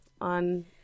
on